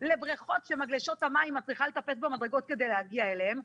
ולבריכות שבהן במגלשות המים את צריכה לטפס במדרגות כדי להגיע אליהן,